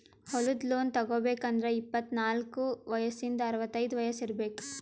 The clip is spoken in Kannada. ಹೊಲದ್ ಲೋನ್ ತಗೋಬೇಕ್ ಅಂದ್ರ ಇಪ್ಪತ್ನಾಲ್ಕ್ ವಯಸ್ಸಿಂದ್ ಅರವತೈದ್ ವಯಸ್ಸ್ ಇರ್ಬೆಕ್